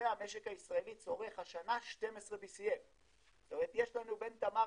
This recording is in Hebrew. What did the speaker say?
המשק הישראלי צורך השנה 12 BCM. זאת אומרת יש לנו בין תמר